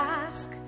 ask